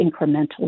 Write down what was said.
incremental